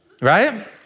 Right